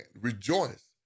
Rejoice